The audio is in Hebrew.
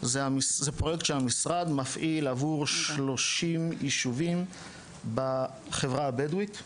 זה פרויקט שהמשרד מפעיל עבור 30 יישובים בחברה הבדואית,